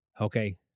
Okay